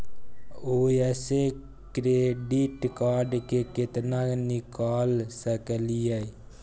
ओयसे credit card से केतना निकाल सकलियै?